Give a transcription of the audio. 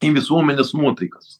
į visuomenės nuotaikas